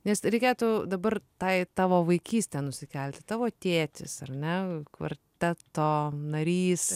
nes reikėtų dabar tą į tavo vaikystę nusikelti tavo tėtis ar ne kvarteto narys